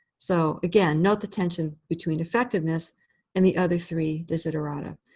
so again, note the tension between effectiveness and the other three desiderata.